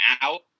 out